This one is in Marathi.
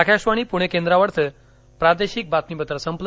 आकाशवाणी पुणे केंद्रावरचं प्रादेशिक बातमीपत्र संपलं